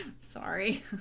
Sorry